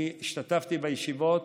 אני השתתפתי בישיבות,